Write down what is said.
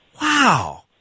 Wow